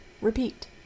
Repeat